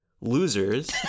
losers